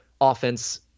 offense